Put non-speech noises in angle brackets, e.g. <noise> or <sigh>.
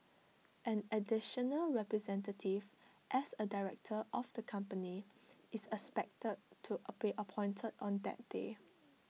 an additional representative as A director of the company is expected to <noise> be appointed on that day